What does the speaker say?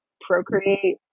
procreate